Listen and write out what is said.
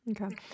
Okay